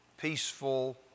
peaceful